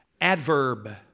Adverb